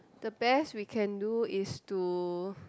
the best we can do is to